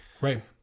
Right